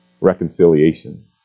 reconciliation